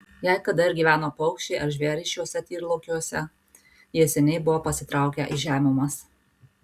jei kada ir gyveno paukščiai ar žvėrys šiuose tyrlaukiuose jie seniai buvo pasitraukę į žemumas